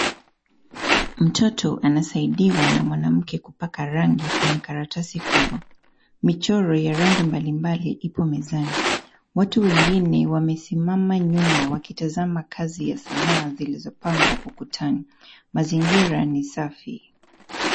Mtoto anasaidiwa na mwanamke kupaka rangi kwenye karatasi kubwa. Michoro ya rangi mbalimbali ipo mezani. Watu wengine wamesimama nyuma wakitazama kazi ya sanaa zilizopangwa ukutani. Mazingira ni safi.